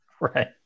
Right